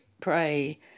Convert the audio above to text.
pray